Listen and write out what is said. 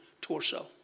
torso